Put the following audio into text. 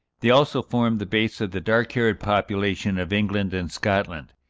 they also formed the base of the dark-haired population of england and scotland.